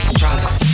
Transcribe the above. drugs